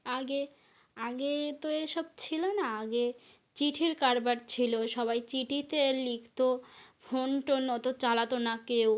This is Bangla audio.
আগে আগে তো এসব ছিলো না আগে চিঠির কারবার ছিলো সবাই চিঠিতে লিখতো ফোন টোন অতো চালাতো না কেউ